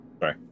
Sorry